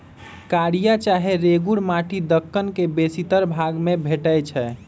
कारिया चाहे रेगुर माटि दक्कन के बेशीतर भाग में भेटै छै